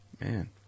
man